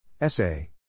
Essay